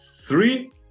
three